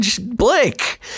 Blake